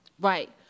right